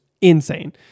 insane